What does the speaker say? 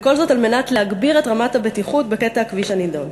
וכל זאת על מנת להגביר את רמת הבטיחות בקטע הכביש הנדון.